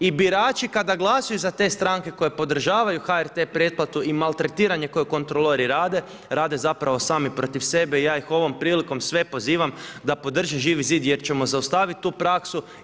I birači kada glasaju za te stranke koje podržavaju HRT pretplatu i maltretiranje koje kontrolori rade, rade zapravo sami protiv sebe i ja ih ovom prilikom sve pozivam da podrže Živi zid jer ćemo zaustaviti tu praksu.